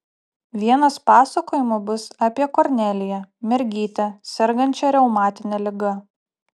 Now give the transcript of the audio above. vienas pasakojimų bus apie korneliją mergytę sergančią reumatine liga